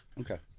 Okay